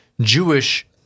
Jewish